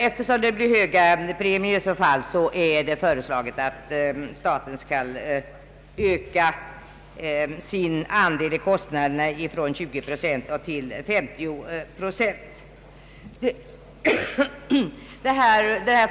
Eftersom det i så fall blir höga premier, föreslås att staten skall öka sin andel i kostnaderna från 20 till 50 procent.